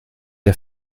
der